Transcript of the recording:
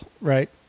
right